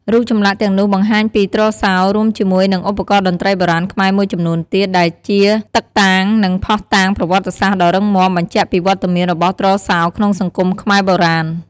រូបចម្លាក់ទាំងនោះបង្ហាញពីទ្រសោរួមជាមួយនឹងឧបករណ៍តន្ត្រីបុរាណខ្មែរមួយចំនួនទៀត ដែលជាតឹកតាង និងភស្តុតាងប្រវត្តិសាស្ត្រដ៏រឹងមាំ បញ្ជាក់ពីវត្តមានរបស់ទ្រសោក្នុងសង្គមខ្មែរបុរាណ។